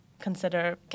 consider